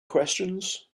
questions